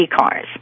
cars